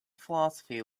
philosophy